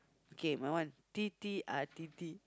okay my one tete-a-tete